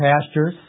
pastures